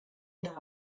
know